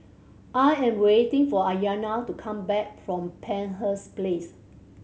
I am waiting for Ayana to come back from Penshurst Place